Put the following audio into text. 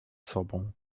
sobą